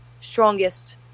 strongest